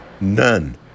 None